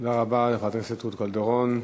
תודה רבה לחברת הכנסת רות קלדרון.